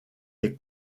les